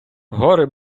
гори